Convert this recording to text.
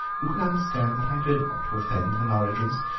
you can understand that i don't want to offend the norridrums.